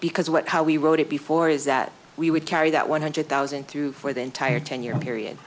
because what how we wrote it before is that we would carry that one hundred thousand through for the entire ten year period